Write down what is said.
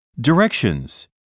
Directions